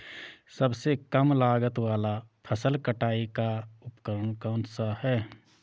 सबसे कम लागत वाला फसल कटाई का उपकरण कौन सा है?